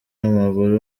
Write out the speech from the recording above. w’amaguru